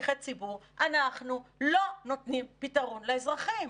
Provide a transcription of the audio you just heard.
כשליחי ציבור אנחנו לא נותנים פתרון לאזרחים,